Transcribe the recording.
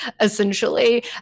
Essentially